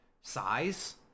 size